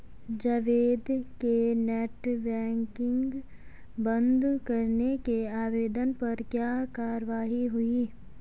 जावेद के net banking बंद करने के आवेदन पर क्या कार्यवाही हुई?